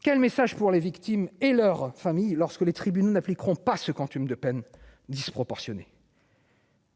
Quel message pour les victimes et leurs familles lorsque les tribunaux n'appliqueront pas ce quantum de peine disproportionnée.